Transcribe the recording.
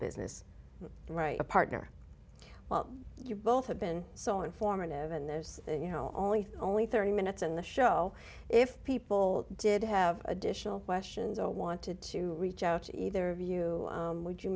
business right a partner well you both have been so informative and there's you know only only thirty minutes in the show if people did have additional questions or wanted to reach out to either of you would you